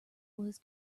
was